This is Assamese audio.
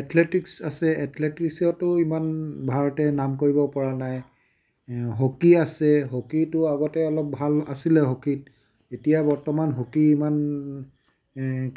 এথলেটিক্স আছে এথলেটিক্সটো ইমান ভাৰতে নাম কৰিব পৰা নাই হকী আছে হকীটো আগতে অলপ ভাল আছিলে হকীত এতিয়া বৰ্তমান হকী ইমান